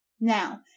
Now